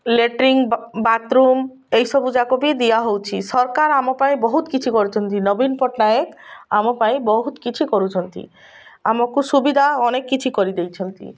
latrine bathroom ଏଇସବୁ ଯାକ ବି ଦିଆହେଉଛିି ସରକାର ଆମ ପାଇଁ ବହୁତ କିଛି କରୁଛନ୍ତି ନବୀନ ପଟ୍ଟନାୟକ ଆମ ପାଇଁ ବହୁତ କିଛି କରୁଛନ୍ତି ଆମକୁ ସୁବିଧା ଅନେକ କିଛି କରିଦେଇଛନ୍ତି